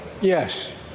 Yes